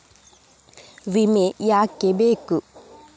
ವಿಮೆ ಯಾಕೆ ಬೇಕು?